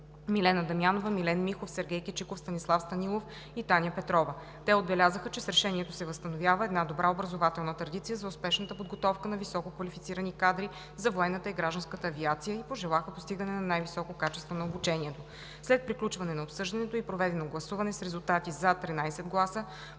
Милена Дамянова, Милен Михов, Сергей Кичиков, Станислав Станилов и Таня Петрова. Те отбелязаха, че с решението се възстановява една добра образователна традиция за успешната подготовка на висококвалифицирани кадри за военната и гражданската авиация и пожелаха постигане на най-високо качество на обучението. След приключване на обсъждането и проведено гласуване с резултати: „за“ – 13 гласа,